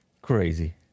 Crazy